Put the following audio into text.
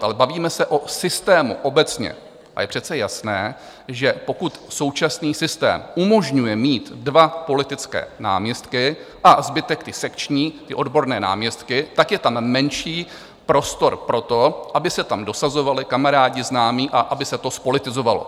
Ale bavíme se o systému obecně a je přece jasné, že pokud současný systém umožňuje mít dva politické náměstky a zbytek ty sekční, odborné náměstky, tak je tam menší prostor pro to, aby se tam dosazovali kamarádi, známí a aby se to zpolitizovalo.